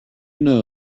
know